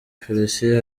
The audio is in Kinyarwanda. félicien